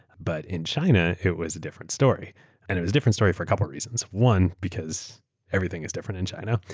but in china, it was a different story and it was a different story for a couple of reasons. one, because everything is different in china.